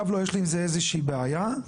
יש לי עם זה איזושהי בעיה.